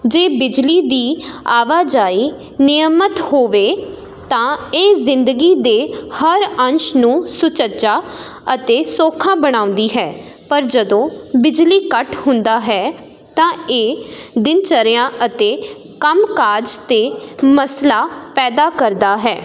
ਜੇ ਬਿਜਲੀ ਦੀ ਆਵਾਜਾਈ ਨਿਅਮਤ ਹੋਵੇ ਤਾਂ ਇਹ ਜ਼ਿੰਦਗੀ ਦੇ ਹਰ ਅੰਸ਼ ਨੂੰ ਸੁਚੱਜਾ ਅਤੇ ਸੌਖਾ ਬਣਾਉਂਦੀ ਹੈ ਪਰ ਜਦੋਂ ਬਿਜਲੀ ਕੱਟ ਹੁੰਦਾ ਹੈ ਤਾਂ ਇਹ ਦਿਨਚਰਿਆ ਅਤੇ ਕੰਮ ਕਾਜ 'ਤੇ ਮਸਲਾ ਪੈਦਾ ਕਰਦਾ ਹੈ